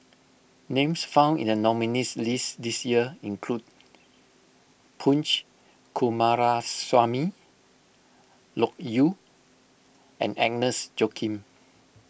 names found in the nominees' list this year include Punch Coomaraswamy Loke Yew and Agnes Joaquim